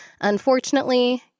Unfortunately